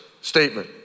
statement